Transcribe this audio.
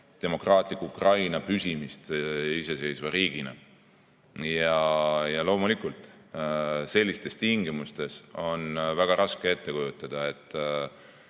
demokraatliku Ukraina püsimist iseseisva riigina. Loomulikult, sellistes tingimustes on väga raske ette kujutada